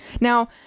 now